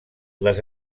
les